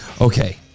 Okay